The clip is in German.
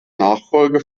nachfolge